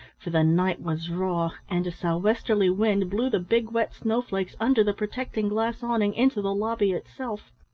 for the night was raw, and a sou'westerly wind blew the big wet snowflakes under the protecting glass awning into the lobby itself.